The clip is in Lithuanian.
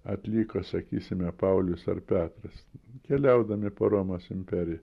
atliko sakysime paulius ar petras keliaudami po romos imperiją